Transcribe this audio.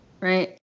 right